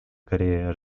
корея